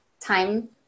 time